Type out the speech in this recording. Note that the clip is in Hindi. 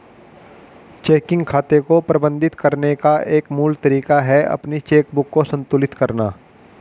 चेकिंग खाते को प्रबंधित करने का एक मूल तरीका है अपनी चेकबुक को संतुलित करना